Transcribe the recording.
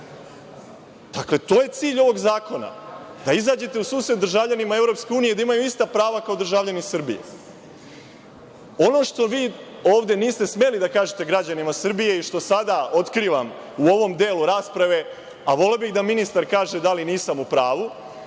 Dakle, to je cilj ovog zakona, da izađete u susret državljanima EU da imaju ista prava kao državljani Srbije. Ono što vi ovde niste smeli da kažete građanima Srbije i što sada otkrivam u ovom delu rasprave, a voleo bih da ministar kaže da li nisam u pravu,